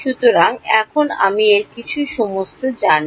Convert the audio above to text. সুতরাং এখন আমি এর ভিতরে সমস্ত কিছু জানি